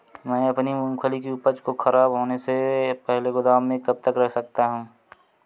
मैं अपनी मूँगफली की उपज को ख़राब होने से पहले गोदाम में कब तक रख सकता हूँ?